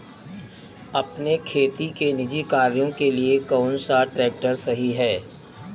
अपने खेती के निजी कार्यों के लिए कौन सा ट्रैक्टर सही है?